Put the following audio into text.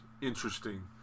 interesting